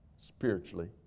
Spiritually